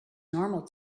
normal